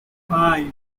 five